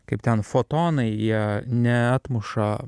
kaip ten fotonai jie neatmuša